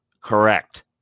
correct